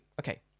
okay